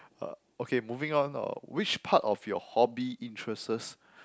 uh okay moving on uh which part of your hobby interests